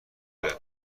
کوله